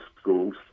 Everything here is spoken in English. schools